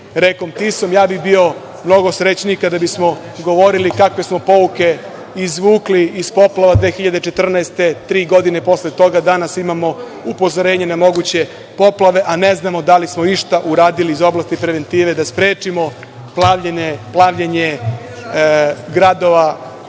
rekom Tisom i ja bih bio mnogo srećniji kada bismo govorili kakve smo pouke izvukli iz poplava 2014. Tri godine posle toga, danas imamo upozorenje na moguće poplave, a ne znamo da li smo išta uradili iz oblasti i preventive da sprečimo poplavljene gradova